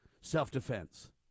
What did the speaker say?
self-defense